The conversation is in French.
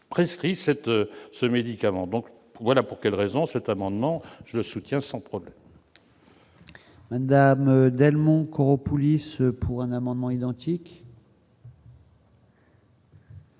prescrit cette ce médicament donc voila pour quelle raison cet amendement, je soutiens sans problème. Madame Delmont-Koropoulis pour un amendement identique.